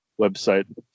website